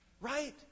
Right